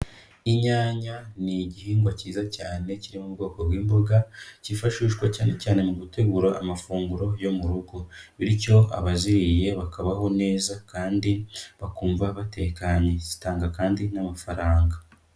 Inyanya ni igihingwa cyiza cyane kiri mu bwoko bw'imboga cyifashishwa cyane cyane mu gutegura amafunguro yo mu rugo, bityo abaziriye bakabaho neza kandi bakumva batekanye, zitanga kandi n'amafaranga.